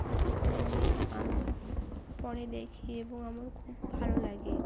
ফটোগুলি নিয়ে আমি পরে দেখি এবং আমার খুব ভালো লাগে